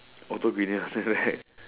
auto greenish something like that right